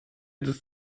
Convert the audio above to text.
des